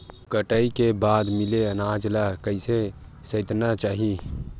कटाई के बाद मिले अनाज ला कइसे संइतना चाही?